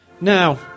Now